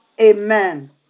Amen